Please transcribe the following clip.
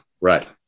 Right